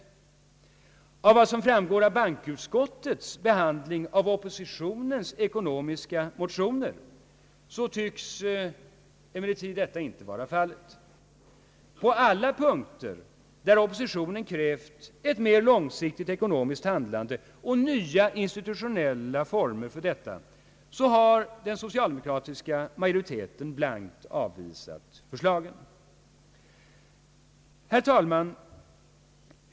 Av vad som framgår av bankoutskottets behandling av oppositionens ekonomiska motioner tycks emellertid så inte vara fallet. På alla punkter, där oppositionen krävt ett mer långsiktigt ekonomiskt handlande och nya institutionella former för detta, har den socialdemokratiska majoriteten blankt avvisat förslagen. Herr talman!